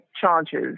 charges